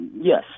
Yes